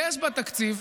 יש בתקציב,